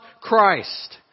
Christ